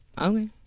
Okay